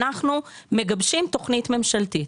אנחנו מגבשים תכנית ממשלתית.